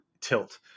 tilt